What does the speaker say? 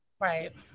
Right